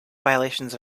violations